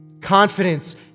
Confidence